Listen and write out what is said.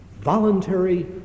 voluntary